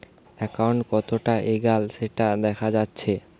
account কতোটা এগাল সেটা দেখা যাচ্ছে